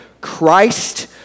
Christ